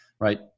Right